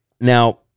Now